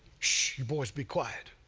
shhh. you boys be quiet.